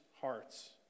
hearts